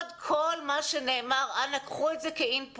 כל מה שנאמר, אנא קחו את זה כאינפוט.